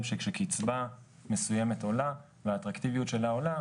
שכשקצבה מסוימת עולה והאטרקטיביות שלה עולה,